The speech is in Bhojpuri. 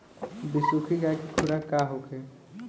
बिसुखी गाय के खुराक का होखे?